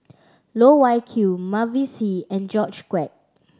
Loh Wai Kiew Mavis Hee and George Quek